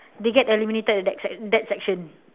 they get eliminated at that sect~ that section